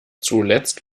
zuletzt